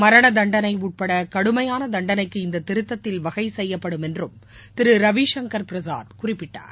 மரண தண்டனை உட்பட கடுமையான தண்டனைக்கு இந்த திருத்தத்தில் வகை செய்யப்படும் என்றும் திரு ரவிசங்கர் பிரசாத் குறிப்பிட்டார்